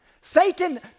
Satan